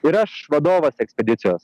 ir aš vadovas ekspedicijos